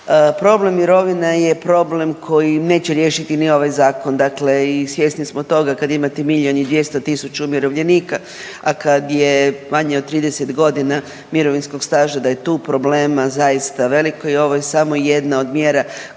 Problem mirovina je problem koji neće riješiti ni ovaj zakon, dakle i svjesni smo toga. Kad imate milijun i 200 tisuća umirovljenika, a kad je manje od 30.g. mirovinskog staža da je tu problem zaista velik i ovo je samo jedna od mjera koja će nešto